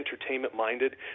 entertainment-minded